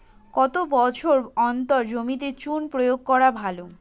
কত বছর অন্তর জমিতে চুন প্রয়োগ করা ভালো?